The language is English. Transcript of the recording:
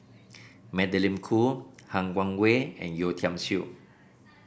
Magdalene Khoo Han Guangwei and Yeo Tiam Siew